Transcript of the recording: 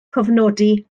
cofnodi